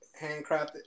Handcrafted